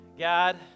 God